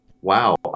wow